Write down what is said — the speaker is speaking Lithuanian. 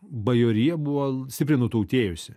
bajorija buvo stipriai nutautėjusi